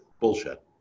bullshit